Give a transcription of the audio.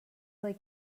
like